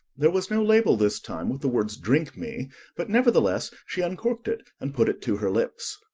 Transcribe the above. there was no label this time with the words drink me but nevertheless she uncorked it and put it to her lips.